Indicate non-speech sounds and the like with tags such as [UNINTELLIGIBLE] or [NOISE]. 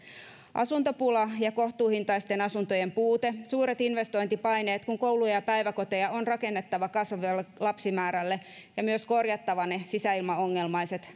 asuntopula ja kohtuuhintaisten asuntojen puute sekä suuret investointipaineet kun kouluja ja päiväkoteja on rakennettava kasvavalle lapsimäärälle ja myös korjattava sisäilmaongelmaiset [UNINTELLIGIBLE]